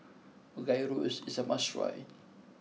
Gyros is a must try